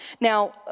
Now